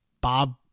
Bob